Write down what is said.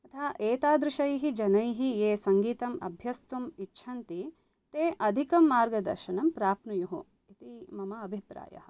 अतः एतादृशैः जनैः ये सङ्गीतम् अभ्यस्तम् इच्छन्ति ते अधिकं मार्गदर्शनं प्राप्नुयुः इति मम अभिप्रायः